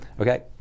Okay